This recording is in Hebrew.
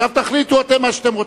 עכשיו, תחליטו אתם מה שאתם רוצים.